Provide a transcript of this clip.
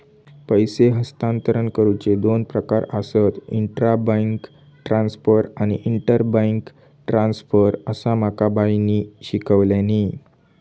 पैसे हस्तांतरण करुचे दोन प्रकार आसत, इंट्रा बैंक ट्रांसफर आणि इंटर बैंक ट्रांसफर, असा माका बाईंनी शिकवल्यानी